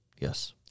Yes